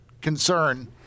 concern